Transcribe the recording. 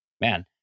man